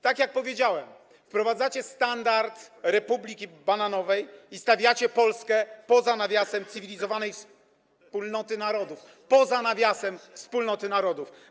Tak jak powiedziałem, wprowadzacie standard republiki bananowej i stawiacie Polskę poza nawiasem cywilizowanej wspólnoty narodów, poza nawiasem wspólnoty narodów.